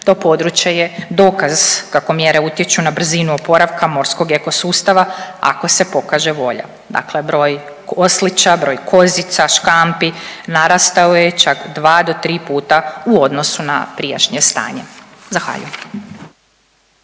To područje je dokaz kako mjere utječu na brzinu oporavka morskog ekosustava ako se pokaže volja. Dakle, broj oslića, broj kozica, škampi narastao je čak 2 do 3 puta u odnosu na prijašnje stanje. Zahvaljujem.